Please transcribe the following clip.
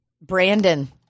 Brandon